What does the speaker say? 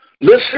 Listen